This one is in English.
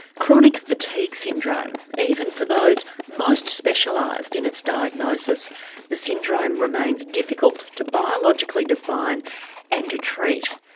chronic fatigue syndrome even for those most specialised in its diagnosis the syndrome remains difficult to biologically define and to treat.